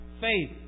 faith